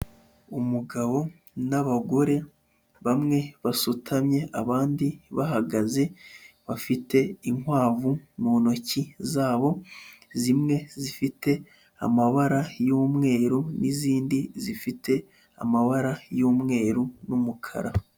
Umugabo n'abagore bamwe basutamye abandi bahagaze, bafite inkwavu mu ntoki zabo, zimwe zifite amabara y'umweru n'izindi zifite amabara y'umweru n'umukara.